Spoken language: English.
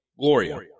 Gloria